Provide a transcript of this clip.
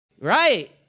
Right